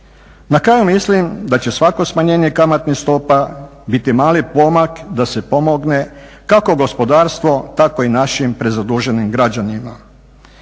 Na kraju mislim da će svako smanjenje kamatnih stopa biti mali pomak da se pomogne kako gospodarstvu tako i našim prezaduženim građanima.